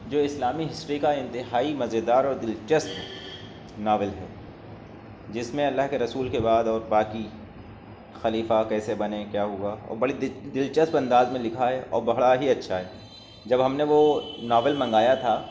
جو اسلامی ہسٹری کا انتہائی مزیدار اور دلچسپ ناول ہے جس میں اللہ کے رسول کے بعد اور باقی خلیفہ کیسے بنے کیا ہوا اور بڑی دلچسپ انداز میں لکھا ہے اور بڑا ہی اچھا ہے جب ہم نے وہ ناول منگایا تھا